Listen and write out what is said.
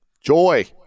Joy